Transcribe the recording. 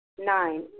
Nine